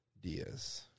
Diaz